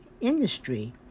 industry